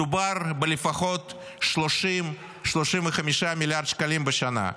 מדובר לפחות ב-30 35 מיליארד שקלים בשנה.